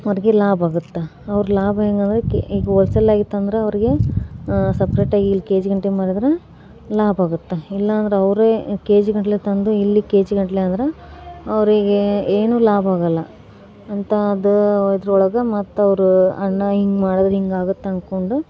ಅವರಿಗೆ ಲಾಭ ಆಗುತ್ತೆ ಅವ್ರ ಲಾಭ ಹೇಗೆಂದ್ರೆ ಈಗ ಹೋಲ್ಸೇಲ್ ಆಗಿ ತಂದ್ರೆ ಅವರಿಗೆ ಸಪ್ರೇಟ್ ಆಗಿ ಇಲ್ಲಿ ಕೆ ಜಿ ಗಂಟಿ ಮಾರಿದ್ರೆ ಲಾಭ ಆಗುತ್ತೆ ಇಲ್ಲ ಅಂದ್ರೆ ಅವರೇ ಕೆ ಜಿ ಗಟ್ಟಲೆ ತಂದು ಇಲ್ಲಿ ಕೆ ಜಿ ಗಟ್ಟಲೆ ಅಂದರೆ ಅವರಿಗೆ ಏನು ಲಾಭ ಆಗಲ್ಲ ಅಂಥದ್ದು ಅದರೊಳಗೆ ಮತ್ತೆ ಅವರು ಅಣ್ಣ ಹೀಗೆ ಮಾಡಿದರೆ ಹೀಗೆ ಆಗುತ್ತೆ ಅಂದ್ಕೊಂಡು